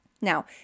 Now